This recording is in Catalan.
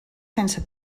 sense